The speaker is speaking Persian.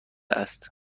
است